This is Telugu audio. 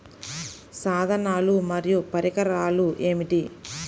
సాధనాలు మరియు పరికరాలు ఏమిటీ?